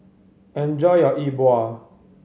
enjoy your Yi Bua